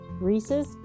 Reese's